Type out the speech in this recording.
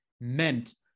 meant